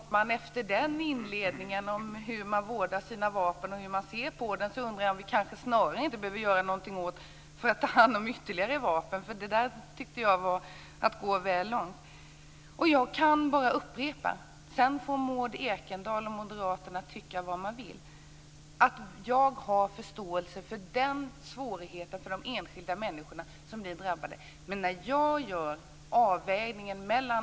Herr talman! Efter den inledningen om hur man vårdar sina vapen och hur man ser på dem undrar jag om vi inte snarare behöver göra någonting för att ta hand om ytterligare vapen. Jag tyckte att det var att gå väl långt. Jag kan bara upprepa det jag har sagt. Sedan får Maud Ekendahl och Moderaterna tycka vad de vill. Jag har förståelse för de svårigheter som drabbar de enskilda människorna. Men jag gör en avvägningen här.